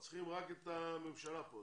פשוט צריכים רק את הממשלה פה.